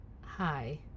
hi